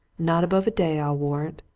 not above a day, i'll warrant.